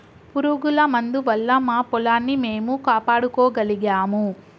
పురుగుల మందు వల్ల మా పొలాన్ని మేము కాపాడుకోగలిగాము